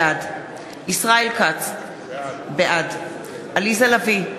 בעד ישראל כץ, בעד עליזה לביא,